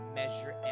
measure